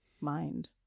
mind